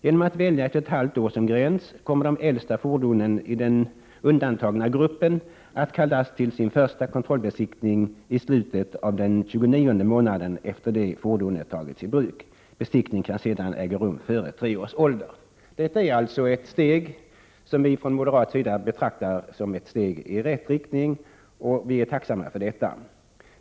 Genom att välja 1/2 år som gräns kommer de äldsta fordonen i de undantagna gruppen att kallas till sin första kontrollbesiktning i slutet av den 29 månaden efter det fordonet tagits i bruk. Besiktning kan sedan äga rum före tre års ålder.” Detta är alltså ett steg som vi från moderat sida betraktar som ett steg i rätt riktning, och vi är tacksamma för detta initiativ.